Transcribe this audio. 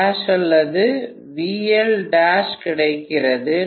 V2' அல்லது VL' கிடைக்கிறது